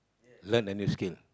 learn any skill